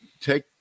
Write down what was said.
take